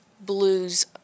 blues